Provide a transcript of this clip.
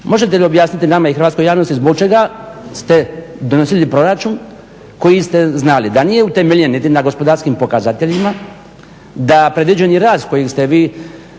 Možete li objasniti nama i hrvatskoj javnosti zbog čega ste donosili proračun koji ste znali da nije utemeljen niti na gospodarskim pokazateljima, da predviđeni rast koji ste vi